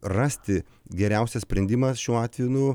rasti geriausią sprendimą šiuo atveju nu